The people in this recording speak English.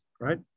Right